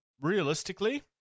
realistically